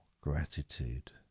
gratitude